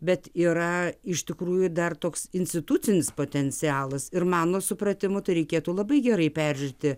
bet yra iš tikrųjų dar toks institucinis potencialas ir mano supratimu tai reikėtų labai gerai peržiūrėti